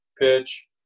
pitch